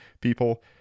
people